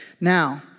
Now